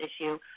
issue